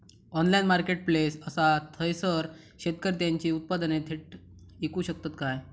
Online marketplace असा थयसर शेतकरी त्यांची उत्पादने थेट इकू शकतत काय?